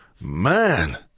Man